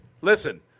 listen